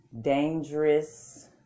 dangerous